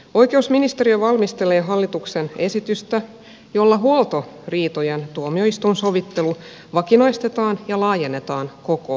oikeusministeriö valmistelee hallituksen esitystä jolla huoltoriitojen tuomioistuinsovittelu vakinaistetaan ja laajennetaan koko maahan